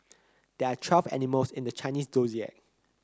there are twelve animals in the Chinese Zodiac